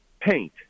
paint